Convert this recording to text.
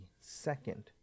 second